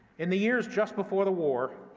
in the years just before the war,